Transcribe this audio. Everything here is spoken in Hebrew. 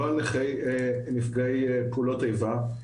לא על נפגעי פעולות איבה,